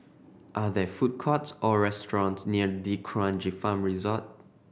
are there food courts or restaurants near D'Kranji Farm Resort